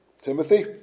Timothy